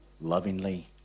lovingly